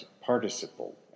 participle